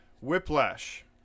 whiplash